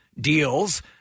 deals